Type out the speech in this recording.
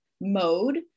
mode